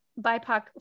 BIPOC